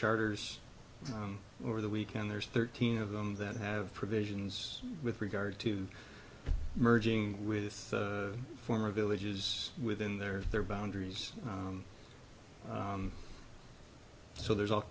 charters over the weekend there's thirteen of them that have provisions with regard to merging with former villages within their their boundaries so there's a